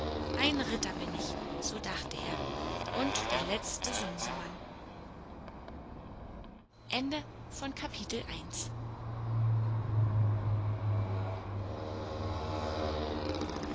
ein ritter bin ich so dachte er und der letzte sumsemann